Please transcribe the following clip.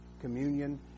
communion